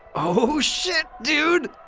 oooooh shit dude!